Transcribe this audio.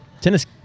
tennis